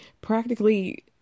practically